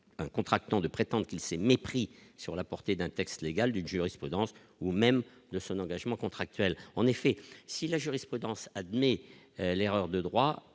un contractant de prétendre qu'il s'est mépris sur la portée d'un texte légal d'une jurisprudence ou même de son engagement contractuel en effet si la jurisprudence admet l'erreur de droit,